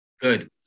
Good